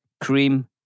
cream